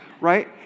Right